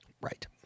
Right